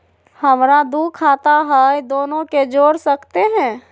हमरा दू खाता हय, दोनो के जोड़ सकते है?